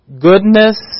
goodness